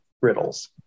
riddles